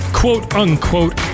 quote-unquote